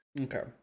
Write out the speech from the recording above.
Okay